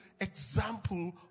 example